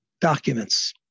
documents